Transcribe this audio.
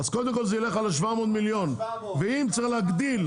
אז קודם כל זה יילך על ה-700 מיליון ואם צריך להגדיל,